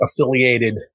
affiliated